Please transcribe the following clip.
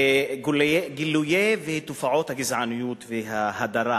הגילויים והתופעות של הגזענות וההדרה